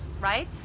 right